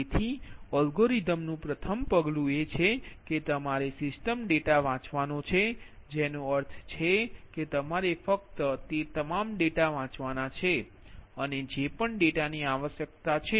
તેથી એલ્ગોરિધમનુ પ્રથમ પગલું એ છે કે તમારે સિસ્ટમ ડેટા વાંચવાનો છે જેનો અર્થ છે કે તમારે ફક્ત તે તમામ ડેટા વાંચવા ના છે અને જે પણ ડેટાની આવશ્યકતા છે